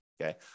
okay